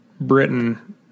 Britain